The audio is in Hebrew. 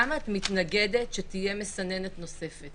למה את מתנגדת שתהיה מסננת נוספת?